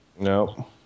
No